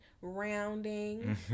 rounding